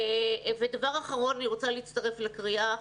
אני רוצה להצטרף לקריאה,